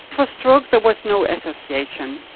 for stroke there was no association.